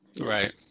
Right